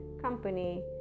company